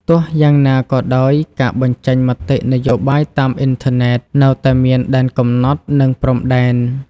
ទោះយ៉ាងណាក៏ដោយ ការបញ្ចេញមតិនយោបាយតាមអ៊ីនធឺណិតនៅតែមានដែនកំណត់ និងព្រំដែន។